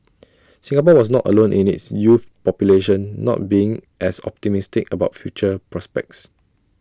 Singapore was not alone in its youth population not being as optimistic about future prospects